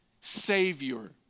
Savior